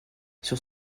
sur